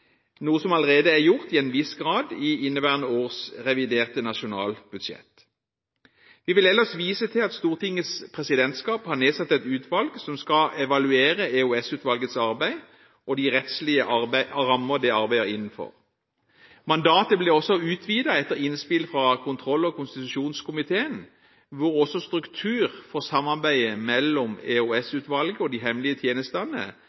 noe som til en viss grad allerede har blitt gjort i inneværende års reviderte nasjonalbudsjett. Vi vil ellers vise til at Stortingets presidentskap har nedsatt et utvalg som skal evaluere EOS-utvalgets arbeid og de rettslige rammer som utvalget arbeider innenfor. Mandatet ble utvidet etter innspill fra kontroll- og konstitusjonskomiteen, hvor også strukturen for samarbeidet mellom EOS-utvalget og de hemmelige tjenestene